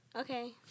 Okay